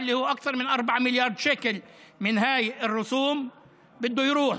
שזה יותר מ-4 מיליארד שקלים שבאים מהאגרות האלה,